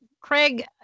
Craig